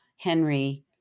Henry